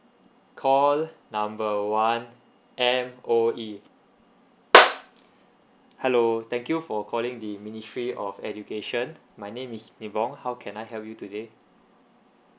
call number one M_O_E hello thank you for calling the ministry of education my name is yvon how can I help you today